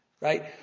right